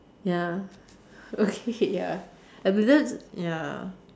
ya okay ya ya